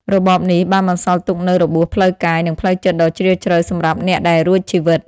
របបនេះបានបន្សល់ទុកនូវរបួសផ្លូវកាយ និងផ្លូវចិត្តដ៏ជ្រាលជ្រៅសម្រាប់អ្នកដែលរួចជីវិត។